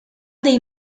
dei